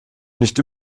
nicht